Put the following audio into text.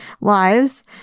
lives